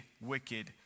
wicked